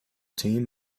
team